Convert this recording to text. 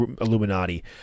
Illuminati